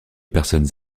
personnes